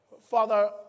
Father